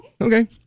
okay